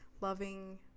loving